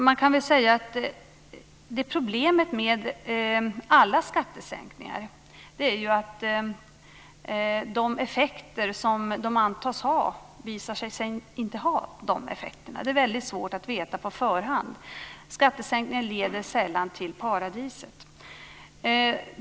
Man kan säga att problemet med alla skattesänkningar är att effekterna inte alltid blir de som man har trott. Det är väldigt svårt att veta det på förhand. Skattesänkningar leder sällan till paradiset.